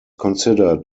considered